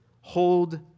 hold